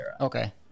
okay